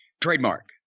Trademark